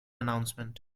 announcement